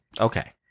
Okay